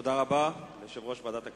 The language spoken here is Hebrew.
תודה רבה ליושב-ראש ועדת הכנסת,